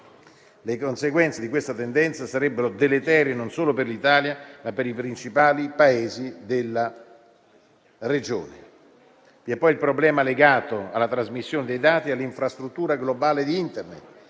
Le conseguenze di questa tendenza sarebbero deleterie non solo per l'Italia, ma per i principali Paesi della regione. Vi è poi il problema legato alla trasmissione dei dati e all'infrastruttura globale di Internet.